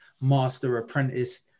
master-apprentice